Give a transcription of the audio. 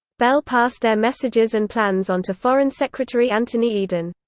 bell passed their messages and plans on to foreign secretary anthony eden.